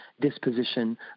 disposition